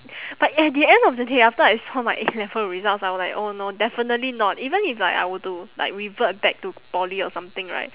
but at the end of the day after I saw my A-level results I was like oh no definitely not even if like I were to like revert back to poly or something right